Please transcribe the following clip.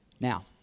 Now